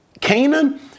Canaan